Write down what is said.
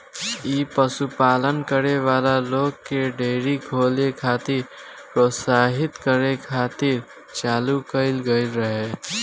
इ पशुपालन करे वाला लोग के डेयरी खोले खातिर प्रोत्साहित करे खातिर चालू कईल गईल रहे